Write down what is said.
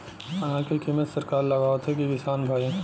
अनाज क कीमत सरकार लगावत हैं कि किसान भाई?